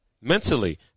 Mentally